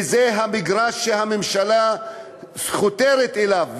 וזה המגרש שהממשלה חותרת אליו,